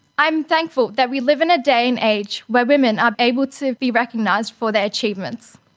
i am thankful that we live in a day and age where women are able to be recognised for their achievements.